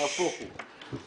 נהפוך הוא.